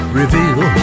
reveal